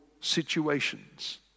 situations